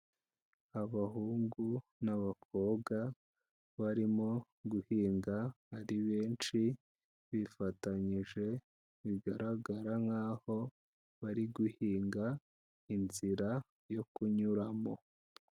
Abahungu n'abakobwa, barimo guhinda hari benshi bifatanyije, bigaragara nkaho bari guhinga inzira yo kunyuramo.